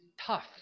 tough